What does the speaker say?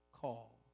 call